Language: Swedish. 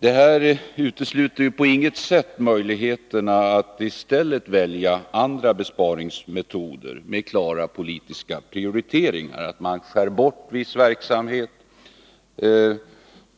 Detta utesluter inte på något sätt möjligheterna att i stället välja andra besparingsmetoder, med klara politiska prioriteringar. Man kan skära bort vissa verksamheter, så att säga